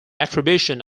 attribution